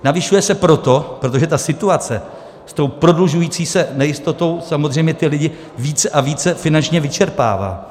Navyšuje se proto, protože ta situace s tou prodlužující se nejistotou samozřejmě ty lidi více a více finančně vyčerpává.